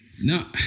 No